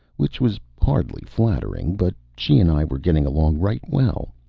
which was hardly flattering. but she and i were getting along right well.